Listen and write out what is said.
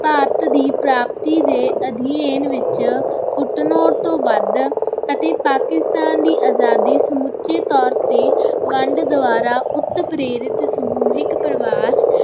ਭਾਰਤ ਦੀ ਪ੍ਰਾਪਤੀ ਦੇ ਅਧਿਐਨ ਵਿੱਚ ਫੁੱਟਨੋਟ ਤੋਂ ਵੱਧ ਅਤੇ ਪਾਕਿਸਤਾਨ ਦੀ ਆਜ਼ਾਦੀ ਸਮੁੱਚੇ ਤੌਰ 'ਤੇ ਵੰਡ ਦੁਆਰਾ ਉਤਪ੍ਰੇਰਿਤ ਸਮੂਹਿਕ ਪ੍ਰਵਾਸ